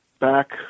back